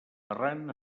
arran